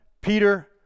Peter